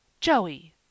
Joey